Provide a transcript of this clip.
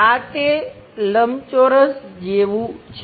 આ તે લંબચોરસ જેવું છે